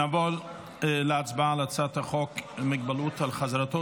נעבור להצבעה על הצעת חוק מגבלות על חזרתו